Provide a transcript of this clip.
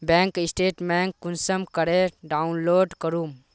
Bank statement कुंसम करे download करूम?